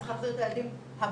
צריך להחזיר את הילדים הביתה.